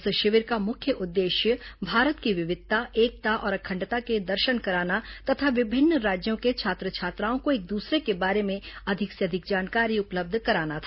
इस शिविर का मुख्य उद्देश्य भारत की विविधता एकता और अखंडता के दर्शन कराना तथा विभिन्न राज्यों के छात्र छात्राओं को एक दूसरे के बारे में अधिक से अधिक जानकारी उपलब्ध कराना था